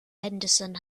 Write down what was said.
henderson